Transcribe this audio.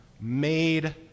made